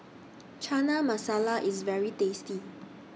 Chana Masala IS very tasty